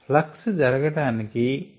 flux జరగటానికి driving force ఒక అవసరం